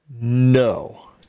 No